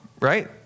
right